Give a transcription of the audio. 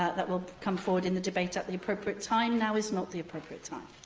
that will come forward in the debate at the appropriate time. now is not the appropriate time.